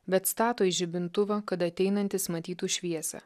bet stato į žibintuvą kad ateinantys matytų šviesą